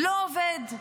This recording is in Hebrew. לא עובד.